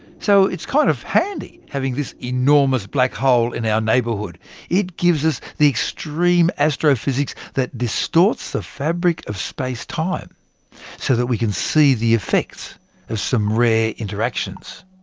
so, it's kind of handy having this enormous black hole in our neighbourhood it gives us the extreme astrophysics that distorts the fabric of space-time so that we can see the effects of some rare interactions.